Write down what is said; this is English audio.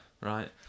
right